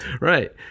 Right